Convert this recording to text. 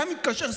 אתה מתקשר?